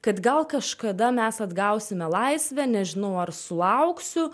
kad gal kažkada mes atgausime laisvę nežinau ar sulauksiu